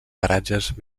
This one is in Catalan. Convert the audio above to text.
paratges